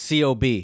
Cob